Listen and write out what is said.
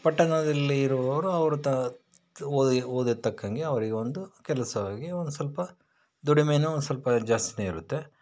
ಪಟ್ಟಣದಲ್ಲಿ ಇರುವವರು ಅವ್ರ ತ್ ಓದಿಗೆ ತಕ್ಕಂಗೆ ಅವರಿಗೆ ಒಂದು ಕೆಲಸವಾಗಿ ಒಂದು ಸ್ವಲ್ಪ ದುಡಿಮೇನು ಸ್ವಲ್ಪ ಜಾಸ್ತಿನೇ ಇರುತ್ತೆ